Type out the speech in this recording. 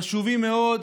חשובים מאוד,